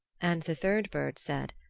and the third bird said,